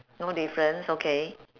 no difference okay